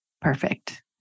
perfect